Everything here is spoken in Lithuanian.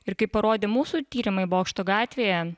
ir kaip parodė mūsų tyrimai bokšto gatvėje